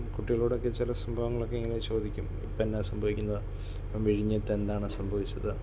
കുട്ടികളോടൊക്കെ ചില സംഭവങ്ങളൊക്കെ ഇങ്ങനെ ചോദിക്കും ഇപ്പം എന്നാ സംഭവിക്കുന്നത് ഇപ്പം വിഴിഞ്ഞത്ത് എന്താണ് സംഭവിച്ചത്